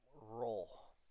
Roll